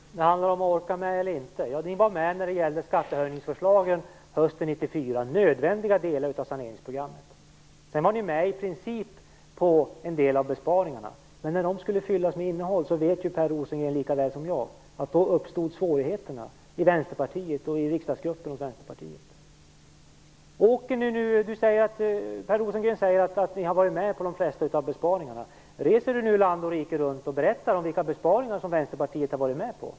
Herr talman! Det handlade om att orka med eller inte. Vänsterpartiet var med om skattehöjningsförslagen hösten 1994. Det var nödvändiga delar av saneringsprogrammet. Sedan var Vänsterpartiet med i princip på en del av besparingarna, men när de skulle fyllas med innehåll uppstod svårigheterna i Vänsterpartiet och Vänsterpartiets riksdagsgrupp. Det vet Per Rosengren lika väl som jag. Per Rosengren sade att Vänsterpartiet varit med på de flesta besparingarna. Reser han nu land och rike runt och berättar vilka besparingar Vänsterpartiet har varit med om?